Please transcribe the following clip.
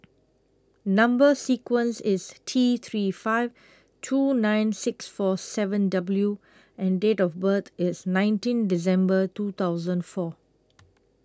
Number sequence IS T three five two nine six four seven W and Date of birth IS nineteen December two thousand four